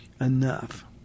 enough